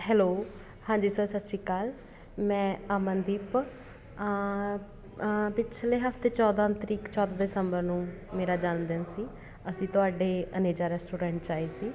hello ਹਾਂਜੀ sir Sat Sri Akal ਮੈਂ ਅਮਨਦੀਪ ਪਿਛਲੇ ਹਫ਼ਤੇ ਚੌਦਾਂ ਤਰੀਕ ਚੌਦਾਂ ਦਸੰਬਰ ਨੂੰ ਮੇਰਾ ਜਨਮਦਿਨ ਸੀ ਅਸੀਂ ਤੁਹਾਡੇ ਅਨੇਜਾ ਰੈਸਟੋਰੈਂਟ 'ਚ ਆਏ ਸੀ